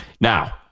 Now